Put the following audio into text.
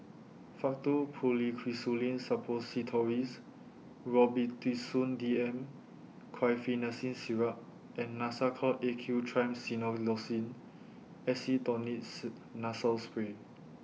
Faktu Policresulen Suppositories Robitussin D M Guaiphenesin Syrup and Nasacort A Q Triamcinolone Acetonide's Nasal Spray